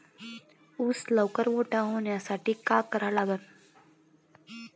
ऊस लवकर मोठा व्हासाठी का करा लागन?